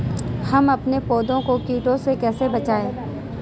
हम अपने पौधों को कीटों से कैसे बचाएं?